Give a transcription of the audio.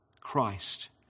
Christ